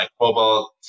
mobile